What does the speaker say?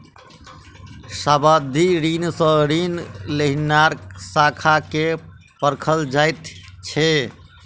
सावधि ऋण सॅ ऋण लेनिहारक साख के परखल जाइत छै